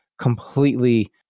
completely